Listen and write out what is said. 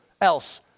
else